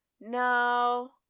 No